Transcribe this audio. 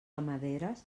ramaderes